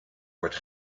wordt